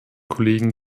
kollegen